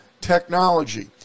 Technology